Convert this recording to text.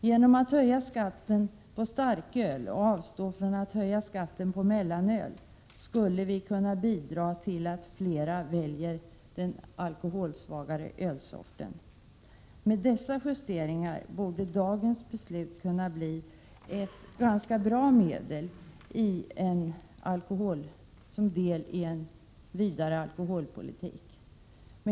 Genom att höja skatten på starköl och avstå från att höja skatten på mellanöl skulle vi kunna bidra till att flera väljer den alkoholsvagare ölsorten. Med dessa justeringar borde dagens beslut kunna bli ett ganska bra medel som del i en vidare alkoholpolitik.